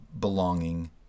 belonging